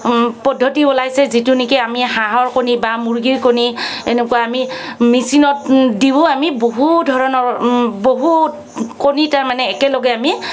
পদ্ধতি ওলাইছে যিটো নেকি আমি হাঁহৰ কণী বা মুৰ্গীৰ কণী এনেকুৱা আমি মেচিনত দিয়ো আমি বহু ধৰণৰ বহুত কণী তাৰমানে একেলগে আমি